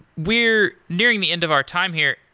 we're nearing the end of our time here.